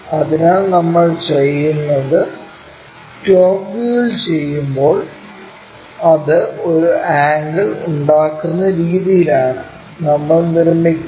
അതിനാൽ നമ്മൾ ചെയ്യുന്നത് ടോപ് വ്യൂവിൽ ചെയ്യുമ്പോൾ അത് ഒരു ആംഗിൾ ഉണ്ടാക്കുന്ന രീതിയിലാണ് നമ്മൾ നിർമ്മിക്കുന്നത്